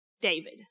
David